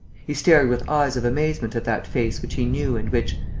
he stared with eyes of amazement at that face which he knew and which,